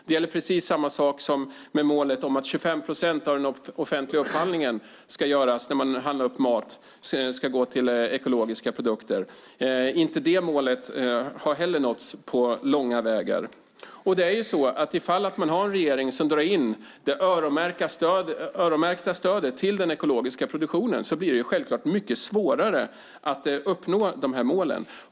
Det är precis samma sak som med målet att 25 procent av den offentliga upphandlingen av mat ska gå till ekologiska produkter. Inte heller det målet har nåtts på långa vägar. Och har man en regering som drar in det öronmärkta stödet till den ekologiska produktionen, blir det självklart mycket svårare att uppnå de här målen.